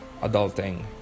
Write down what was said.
adulting